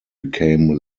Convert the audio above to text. became